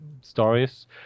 stories